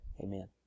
Amen